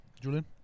Julian